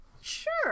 sure